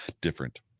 Different